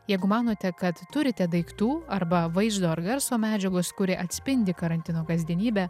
jeigu manote kad turite daiktų arba vaizdo ar garso medžiagos kuri atspindi karantino kasdienybę